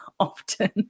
often